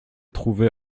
trouvée